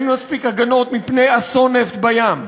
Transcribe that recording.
אין מספיק הגנות מפני אסון נפט בים.